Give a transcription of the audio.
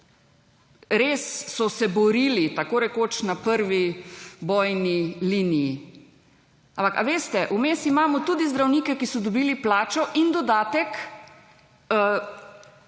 res so se borili tako rekoč na prvi bojni liniji, ampak ali veste vmes imamo tudi zdravnike, ki so dobili plačo in dodatek